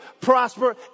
prosper